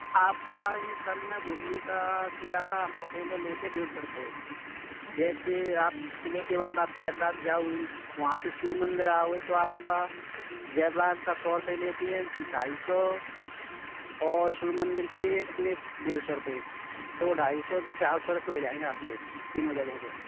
आपका इन सब में घूमने का क़िले का हम अकेले लेते डेढ़ सौ रुपये जैसे आप क़िले के बाद आप जय विलास जाओगी वहाँ से सूर्य मंदिर आओगे तो आपका जय विलास का सौ रुपये लेते हैं ढाई सौ और सूर्य मंदिर के कितने डेढ़ सौ रुपये तो ढाई सौ तो चार सौ रुपये हो जाएंगे आपके तीनो जगह के